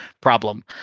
problem